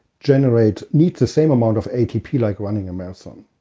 generate, need the same amount of atp like running a marathon.